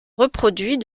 reproduit